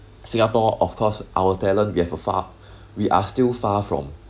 singapore of course our talent we have a far we are still far from